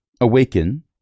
awaken